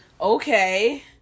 okay